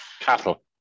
Cattle